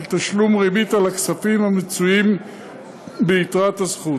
תשלום ריבית על הכספים המצויים ביתרת הזכות.